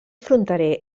fronterer